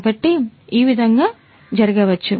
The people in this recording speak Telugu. కాబట్టి ఈ విధముగా జరగవచ్చు